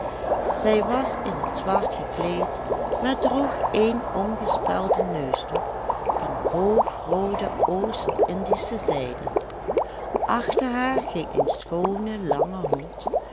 zij was in het zwart gekleed maar droeg een omgespelden neusdoek van hoogroode oostindische zijde achter haar ging een schoone lange hond